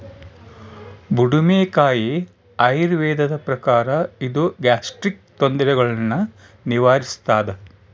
ಬುಡುಮೆಕಾಯಿ ಆಯುರ್ವೇದದ ಪ್ರಕಾರ ಇದು ಗ್ಯಾಸ್ಟ್ರಿಕ್ ತೊಂದರೆಗುಳ್ನ ನಿವಾರಿಸ್ಥಾದ